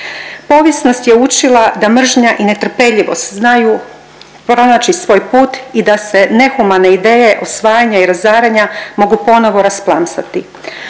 Povijest nas je učila da mržnja i netrpeljivost znaju pronaći svoj put i da se nehumane ideje osvajanja i razaranja mogu ponovo rasplamsati.